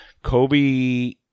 Kobe